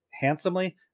handsomely